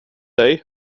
dig